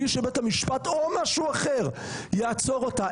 בלי שבית המשפט או משהו אחר יעצור אותה,